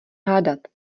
hádat